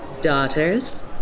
Daughters